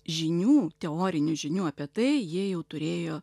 žinių teorinių žinių apie tai jie jau turėjo